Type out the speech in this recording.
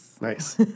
Nice